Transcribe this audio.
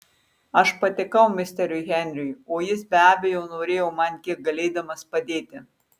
aš patikau misteriui henriui o jis be abejo norėjo man kiek galėdamas padėti